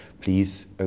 Please